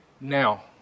now